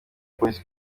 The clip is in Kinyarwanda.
polisi